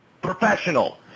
...professional